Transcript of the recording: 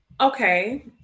Okay